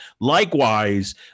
Likewise